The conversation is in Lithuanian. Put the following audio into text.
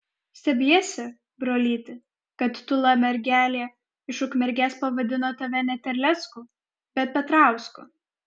stebiesi brolyti kad tūla mergelė iš ukmergės pavadino tave ne terlecku bet petrausku